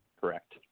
Correct